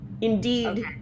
indeed